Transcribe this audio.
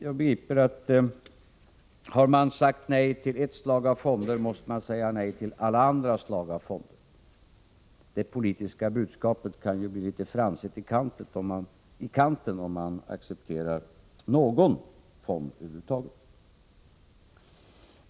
Jag begriper att har man sagt nej till ett slag av fonder måste man säga nej till alla andra slag av fonder. Det politiska budskapet kan bli lite fransigt i kanten om man accepterar någon fond över huvud taget.